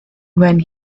when